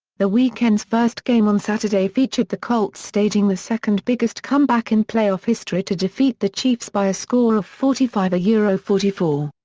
the weekend's first game on saturday featured the colts staging the second biggest comeback in playoff history to defeat the chiefs by a score of forty five yeah forty four.